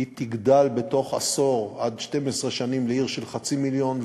והיא תגדל בתוך עשור עד 12 שנים לעיר של חצי מיליון,